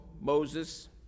Moses